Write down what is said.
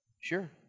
Sure